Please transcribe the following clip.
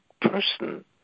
person